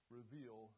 reveal